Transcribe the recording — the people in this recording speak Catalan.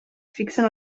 fixen